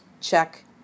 Check